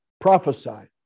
prophesied